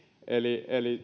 eli